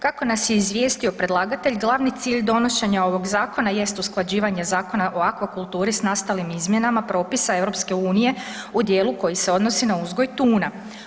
Kako nas je izvijestio predlagatelj glavni cilj donošenja ovog zakona jest usklađivanje Zakona o akvakulturi s nastalim izmjenama propisa EU u dijelu koji se odnosi na uzgoj tuna.